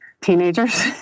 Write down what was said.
teenagers